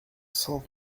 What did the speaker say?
sans